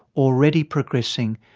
already progressing,